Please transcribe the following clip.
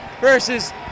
versus